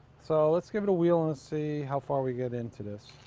so lets give it a wheel and see how far we get into this.